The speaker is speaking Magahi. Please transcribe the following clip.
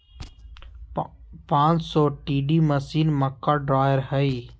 पांच सौ टी.डी मशीन, मक्का ड्रायर हइ